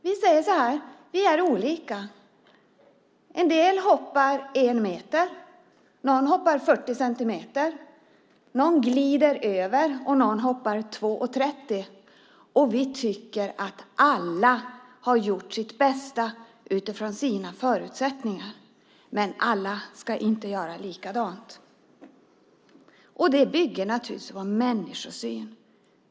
Vi säger: Vi är olika. En del hoppar en meter, någon hoppar 40 centimeter, någon glider över och någon hoppar 2,30. Vi tycker att alla har gjort sitt bästa utifrån sina förutsättningar, men alla ska inte göra likadant. Det bygger naturligtvis på vår människosyn.